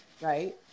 right